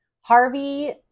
Harvey